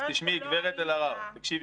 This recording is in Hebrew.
מכיוון שלא היית --- גברת אלהרר, תקשיבי.